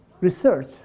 research